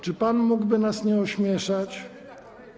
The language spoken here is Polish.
Czy pan mógłby nas nie ośmieszać?